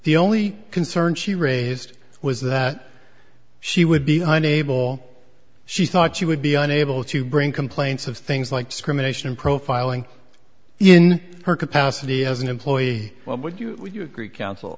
the only concern she raised was that she would be unable she thought she would be unable to bring complaints of things like discrimination and profiling in her capacity as an employee what would you agree coun